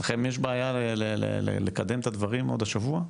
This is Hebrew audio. לכם יש בעיה לקדם את הדברים עוד השבוע?